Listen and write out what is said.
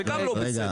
זה גם לא בסדר.